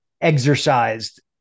exercised